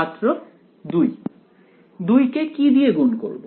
ছাত্র 2 2 কে কি দিয়ে গুণ করব